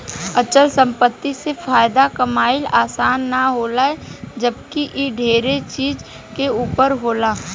अचल संपत्ति से फायदा कमाइल आसान ना होला जबकि इ ढेरे चीज के ऊपर होला